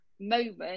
moment